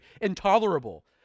intolerable